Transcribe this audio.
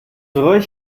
ruhig